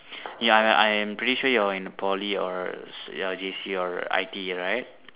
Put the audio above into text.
ya ya I am pretty sure you are in a Poly or you are J_C or I_T_E right